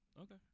Okay